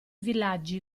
villaggi